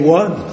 one